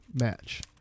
match